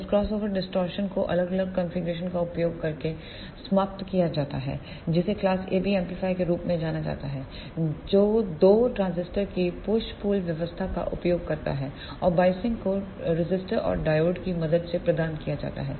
इस crossover distortion को अलग अलग कॉन्फ़िगरेशन का उपयोग करके समाप्त किया जाता है जिसे क्लास AB एम्पलीफायर के रूप में जाना जाता है जो दो ट्रांजिस्टर की पुश पुल व्यवस्था का उपयोग करता है और बायसिंग को रजिस्टर और डायोड की मदद से प्रदान किया जाता है